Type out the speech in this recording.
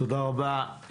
תודה רבה,